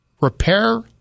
repair